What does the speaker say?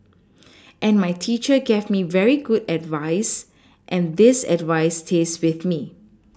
and my teacher gave me very good advice and this advice stays with me